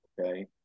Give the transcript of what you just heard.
Okay